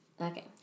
Okay